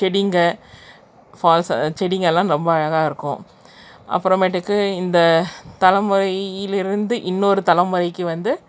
செடிங்கள் ஃபால்ஸ் செடிங்கள் எல்லாம் ரொம்ப அழகாக இருக்கும் அப்புறமேட்டுக்கு இந்த தலைமுறையில இருந்து இன்னொரு தலைமுறைக்கு வந்து